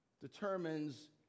determines